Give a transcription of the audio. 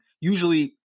usually